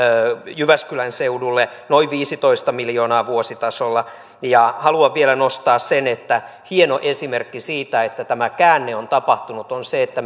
jyväskylän seudulle noin viisitoista miljoonaa vuositasolla haluan vielä nostaa sen että hieno esimerkki siitä että tämä käänne on tapahtunut on se että